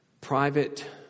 Private